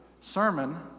sermon